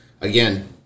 again